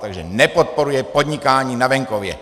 Takže nepodporuje podnikání na venkově!